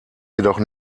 jedoch